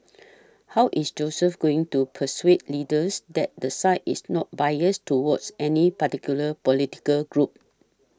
how is Joseph going to persuade leaders that the site is not biased towards any particular political group